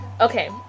Okay